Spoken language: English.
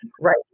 Right